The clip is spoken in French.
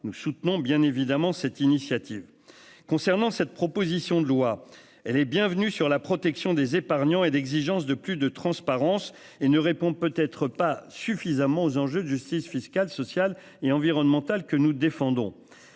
nous soutenons bien évidemment cette initiative concernant cette proposition de loi, elle est bienvenue sur la protection des épargnants et d'exigence de plus de transparence et ne répond peut être pas suffisamment aux enjeux de justice fiscale, sociale et environnementale que nous défendons.